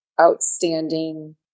outstanding